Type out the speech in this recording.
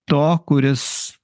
to kuris